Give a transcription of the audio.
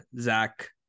Zach